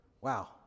Wow